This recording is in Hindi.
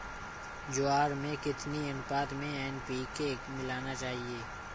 ज्वार में कितनी अनुपात में एन.पी.के मिलाना चाहिए?